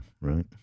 right